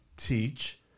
teach